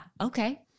okay